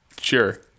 Sure